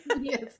yes